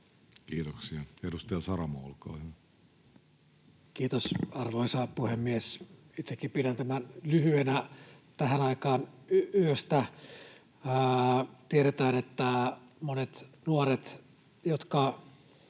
Kiitoksia. — Edustaja Saramo, olkaa hyvä. Kiitos, arvoisa puhemies! Itsekin pidän tämän lyhyenä tähän aikaan yöstä. — Tiedetään, että monet nuoret, jotka